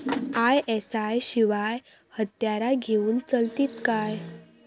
ISI शिवायची हत्यारा घेऊन चलतीत काय?